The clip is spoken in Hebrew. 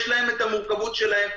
יש להן את המורכבות שלהן,